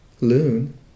loon